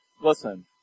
listen